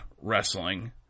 Wrestling